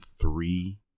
three